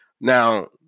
Now